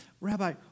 Rabbi